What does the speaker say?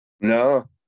No